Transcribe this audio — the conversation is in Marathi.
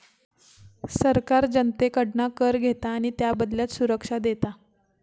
सरकार जनतेकडना कर घेता आणि त्याबदल्यात सुरक्षा देता